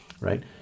right